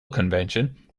convention